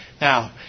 Now